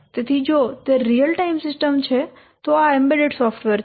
તેથી જો તે રીઅલ ટાઇમ સિસ્ટમ છે તો આ એમ્બેડેડ સોફ્ટવેર છે